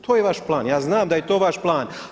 To je vaš plan, ja znam da je to vaš plan.